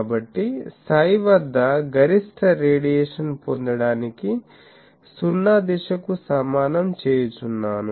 కాబట్టి సై వద్ద గరిష్ట రేడియేషన్ పొందడానికి 0 దిశకు సమానం చేయుచున్నాను